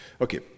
Okay